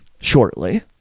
shortly